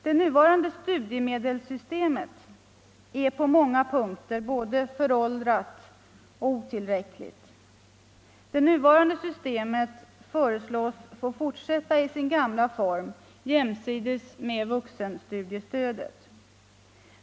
Det nuvarande studiemedelssystemet är på många punkter både föråldrat och otillräckligt. Systemet föreslås emellertid få fortsätta i sin gamla form jämsides med vuxenstudiestödet.